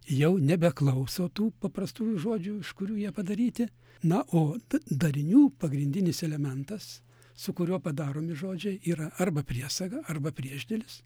jau nebeklauso tų paprastųjų žodžių iš kurių jie padaryti na o t darinių pagrindinis elementas su kuriuo padaromi žodžiai yra arba priesaga arba priešdėlis